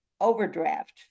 overdraft